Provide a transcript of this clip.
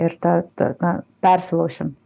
ir ta ta na persilaušim